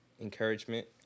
encouragement